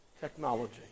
technology